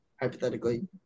hypothetically